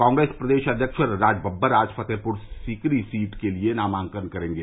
कांप्रेस प्रदेश अध्यक्ष राजबबर आज फतेहपुर सीकरी सीट के लिए नामांकन करेंगे